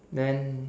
then